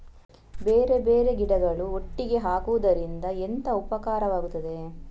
ಬೇರೆ ಬೇರೆ ಗಿಡಗಳು ಒಟ್ಟಿಗೆ ಹಾಕುದರಿಂದ ಎಂತ ಉಪಕಾರವಾಗುತ್ತದೆ?